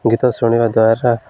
ଗୀତ ଶୁଣିବା ଦ୍ୱାରା